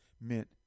meant